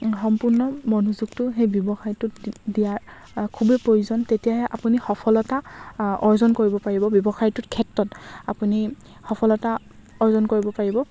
সম্পূৰ্ণ মনোযোগটো সেই ব্যৱসায়টো দিয়াৰ খুবেই প্ৰয়োজন তেতিয়াহে আপুনি সফলতা অৰ্জন কৰিব পাৰিব ব্যৱসায়টোৰ ক্ষেত্ৰত আপুনি সফলতা অৰ্জন কৰিব পাৰিব